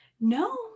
No